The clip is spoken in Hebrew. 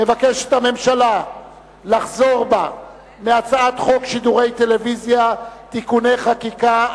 מבקשת הממשלה לחזור בה מהצעת חוק שידורי טלוויזיה (תיקוני חקיקה),